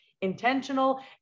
intentional